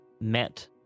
met